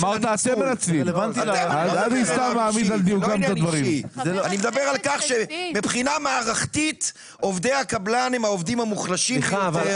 אני מדבר על כך שמבחינה מערכתית עובדי הקבלן הם העובדים המוחלשים ביותר